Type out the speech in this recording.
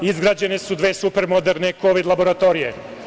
Izgrađene su dve super moderne kovid laboratorije.